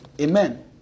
Amen